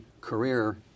career